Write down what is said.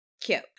Cute